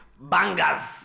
bangers